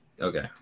Okay